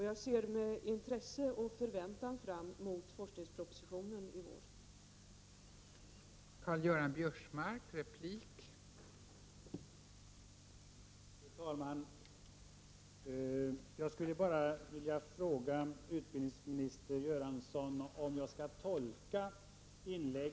Jag ser med intresse och förväntan fram emot forskningspropositionen som kommer i vår.